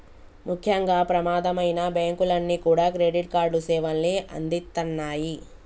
ముఖ్యంగా ప్రమాదమైనా బ్యేంకులన్నీ కూడా క్రెడిట్ కార్డు సేవల్ని అందిత్తన్నాయి